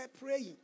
praying